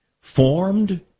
formed